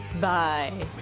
Bye